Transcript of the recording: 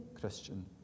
Christian